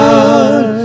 God